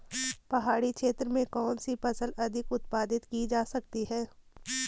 पहाड़ी क्षेत्र में कौन सी फसल अधिक उत्पादित की जा सकती है?